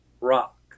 Rock